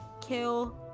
Kill